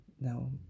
no